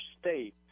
state